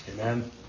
Amen